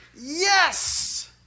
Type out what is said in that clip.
Yes